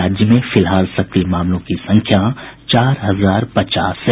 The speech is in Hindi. राज्य में फिलहाल सक्रिय मामलों की संख्या चार हजार पचास है